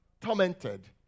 Tormented